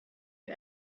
you